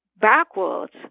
backwards